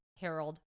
Harold